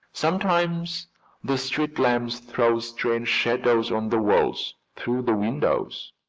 sometimes the street lamps throw strange shadows on the walls through the windows.